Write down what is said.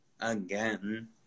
again